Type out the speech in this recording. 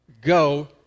go